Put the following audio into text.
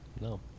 No